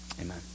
Amen